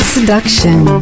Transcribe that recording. Seduction